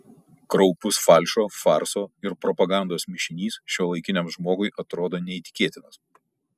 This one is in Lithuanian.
kraupus falšo farso ir propagandos mišinys šiuolaikiniam žmogui atrodo neįtikėtinas